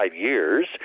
years